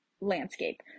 landscape